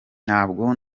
ntabwo